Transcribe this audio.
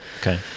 okay